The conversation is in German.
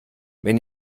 wenn